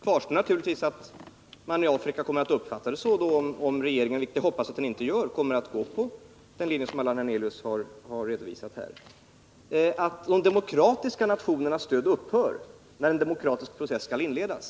Fru talman! I Afrika kommer man naturligtvis att uppfatta vårt ställningstagande på det sätt jag nämnde, om regeringen — vilket jag hoppas att den inte gör — kommer att gå på den linje Allan Hernelius har redovisat. Vi kan naturligtvis inte agera så att de demokratiska nationernas stöd upphör när en demokratisk process skall inledas.